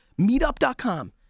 Meetup.com